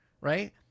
right